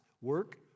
Work